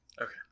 Okay